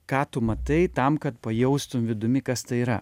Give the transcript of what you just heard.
ką tu matai tam kad pajaustum vidumi kas tai yra